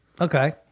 Okay